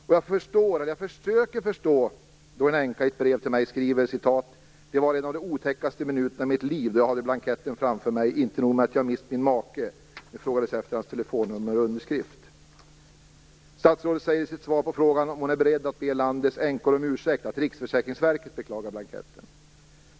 En änka skriver i ett brev till mig: Det var en av de otäckaste minuterna i mitt liv då jag hade blanketten framför mig. Inte nog med att jag mist min make. Det frågades efter hans telefonnummer och underskrift. Statsrådet säger i sitt svar på frågan om hon är beredd att be landets änkor om ursäkt att Riksförsäkringsverket beklagar blanketten.